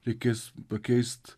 reikės pakeist